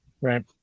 right